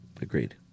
Agreed